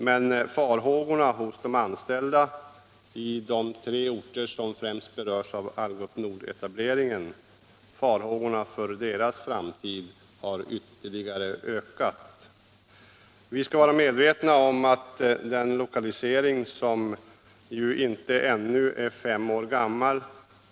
Men farhågorna för framtiden hos de anställda i de tre orter som främst berörs av Algots Nord-etableringen har ytterligare ökat. Vi skall vara medvetna om att denna lokalisering ännu inte är fem år gammal.